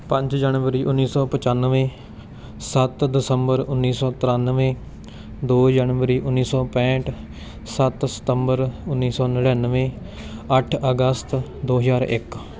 ਪੰਜ ਜਨਵਰੀ ਉੱਨੀ ਸੌ ਪਚਾਨਵੇਂ ਸੱਤ ਦਸੰਬਰ ਉੱਨੀ ਸੌ ਤ੍ਰਿਆਨਵੇਂ ਦੋ ਜਨਵਰੀ ਉੱਨੀ ਸੌ ਪੈਂਹਠ ਸੱਤ ਸਤੰਬਰ ਉੱਨੀ ਸੌ ਨੜਿਨਵੇਂ ਅੱਠ ਅਗਸਤ ਦੋ ਹਜ਼ਾਰ ਇੱਕ